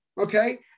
Okay